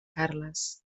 carles